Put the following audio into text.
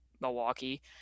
Milwaukee